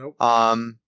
Nope